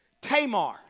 Tamar